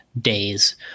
days